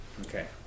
Okay